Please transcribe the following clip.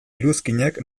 iruzkinek